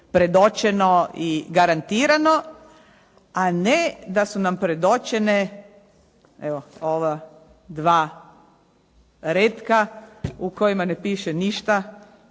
predočeno i garantirano. A ne da su nam predočene evo ova dva retka u kojima ne piše ništa